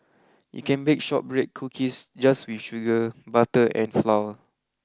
you can bake shortbread cookies just with sugar butter and flour